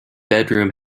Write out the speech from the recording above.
bedroom